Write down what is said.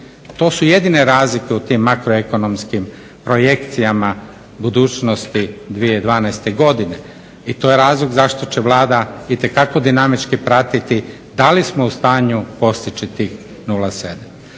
To su jedine razlike u tim makroekonomskim projekcijama budućnosti 2012.godine i to je razlog zašto će Vlada itekako dinamički pratiti da li smo u stanju postići tih 0,7.